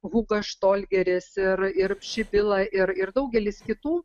hugas štolgeris ir ir pšipila ir ir daugelis kitų